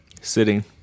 Sitting